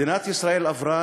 מדינת ישראל עברה,